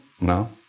No